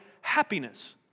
happiness